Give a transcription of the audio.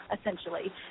essentially